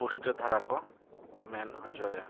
ᱯᱩᱥᱴᱟᱹᱣ ᱫᱷᱟᱨᱟ ᱠᱚ ᱢᱮᱱ ᱦᱚᱪᱚᱭᱟ